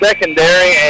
Secondary